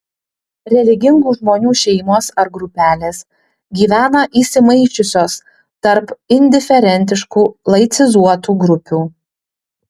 religingų žmonių šeimos ar grupelės gyvena įsimaišiusios tarp indiferentiškų laicizuotų grupių